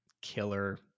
killer